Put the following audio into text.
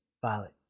Violet